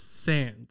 Sand